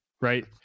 Right